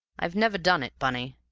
i've never done it, bunny.